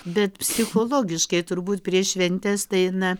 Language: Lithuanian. bet psichologiškai turbūt prieš šventes tai na